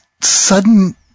sudden